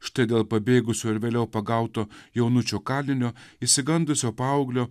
štai dėl pabėgusių ar vėliau pagauto jaunučio kalinio išsigandusio paauglio